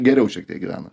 geriau šiek tiek gyvena